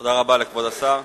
תודה רבה לכבוד השר.